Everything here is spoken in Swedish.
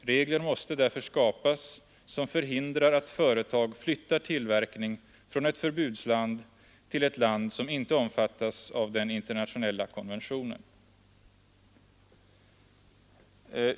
Regler måste därför skapas, som förhindrar att företag flyttar tillverkning från ett förbrukarland till ett land som inte omfattas av den internationella konventionen.